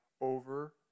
over